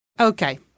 Okay